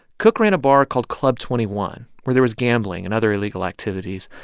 cook ran a bar called club twenty one, where there was gambling and other illegal activities.